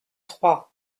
trois